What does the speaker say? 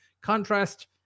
contrast